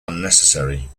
unnecessary